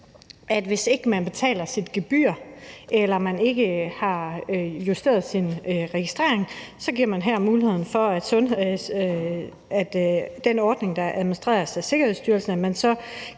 hvis man ikke betaler sit gebyr, eller hvis man ikke har justeret sin registrering, så giver man her muligheden for, at man med den ordning, der administreres af Sikkerhedsstyrelsen,